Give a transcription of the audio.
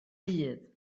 bydd